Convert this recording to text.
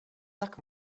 tak